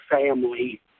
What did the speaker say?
family